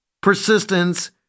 persistence